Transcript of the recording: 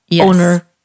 owner